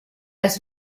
has